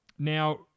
Now